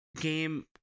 game